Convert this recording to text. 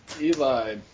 Eli